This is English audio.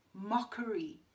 mockery